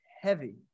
heavy